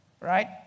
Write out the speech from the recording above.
right